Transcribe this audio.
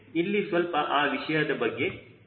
ಇಲ್ಲಿ ಸ್ವಲ್ಪ ಆ ವಿಷಯದ ಬಗ್ಗೆ ಗಮನಿಸಿ